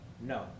No